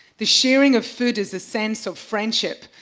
the sharing of food is the sense of friendship,